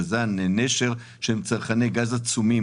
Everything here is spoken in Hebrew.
בזן ונשר שהם צרכני גז עצומים,